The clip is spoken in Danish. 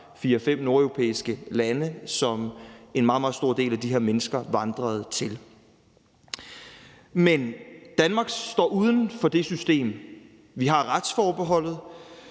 4-5 nordeuropæiske lande, som en meget, meget stor del af de her mennesker vandrede til. Men Danmark står uden for det system. Vi har retsforbeholdet,